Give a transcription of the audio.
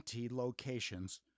locations